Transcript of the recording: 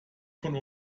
von